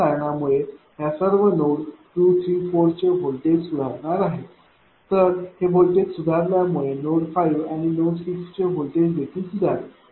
या कारणामुळे ह्या सर्व नोड 2 3 4 चे व्होल्टेज सुधारणार आहे तर हे व्होल्टेज सुधारल्यामुळे नोड 5 आणि 6 चे व्होल्टेज देखील सुधारेल